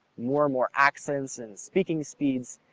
more and more accents and speaking speeds,